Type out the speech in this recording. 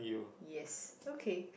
yes okay